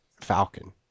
Falcon